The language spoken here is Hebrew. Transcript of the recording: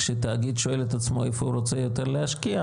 כשתאגיד שואל את עצמו איפה הוא רוצה יותר להשקיע,